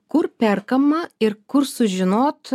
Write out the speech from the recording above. kur perkama ir kur sužinot